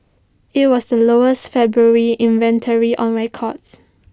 IT was the lowest February inventory on record